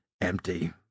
empty